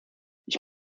ich